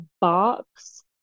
box